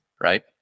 right